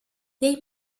they